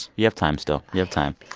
you have time still. you have time.